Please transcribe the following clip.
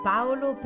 Paolo